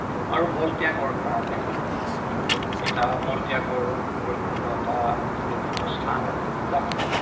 আৰু মলত্যাগৰ কাৰণে এটা মলত্যাগৰ পৰিপূৰ্ণ এটা সুৰক্ষিত স্থান এটুকুৰা